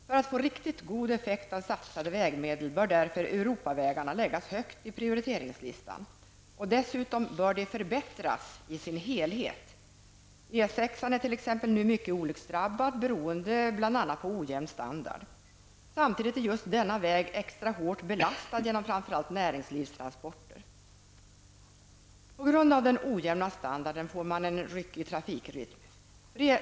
För att få riktigt god effekt av satsade vägmedel bör därför Europavägarna läggas högt i prioriteringslistan, och dessutom bör de förbättras i sin helhet. T.ex. E 6 är nu mycket olycksdrabbad, beroende bl.a. på ojämn standard. Samtidigt är just denna väg extra hårt belastad genom framför allt näringslivstransporter. På grund av den ojämna standarden får man en ryckig trafikrytm.